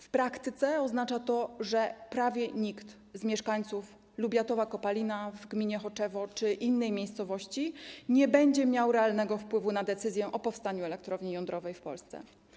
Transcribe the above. W praktyce oznacza to, że prawie nikt z mieszkańców Lubiatowa, Kopalina w gminie Choczewo czy innej miejscowości nie będzie miał realnego wpływu na decyzję dotyczącą powstania elektrowni jądrowej w Polsce.